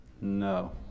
No